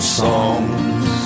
songs